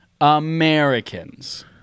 Americans